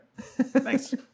Thanks